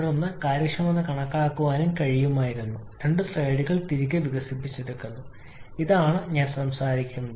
ഞങ്ങൾ രീതി പിന്തുടർന്ന് കാര്യക്ഷമത കണക്കാക്കാനും കഴിയുമായിരുന്നു രണ്ട് സ്ലൈഡുകൾ തിരികെ വികസിപ്പിച്ചെടുത്തു അതാണ് ഞാൻ സംസാരിക്കുന്നത്